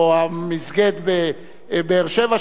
או המסגד בבאר-שבע,